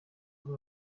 kuri